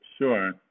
sure